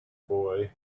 boy